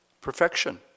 perfection